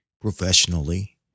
professionally